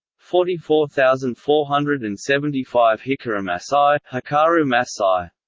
forty four thousand four hundred and seventy five hikarumasai hikarumasai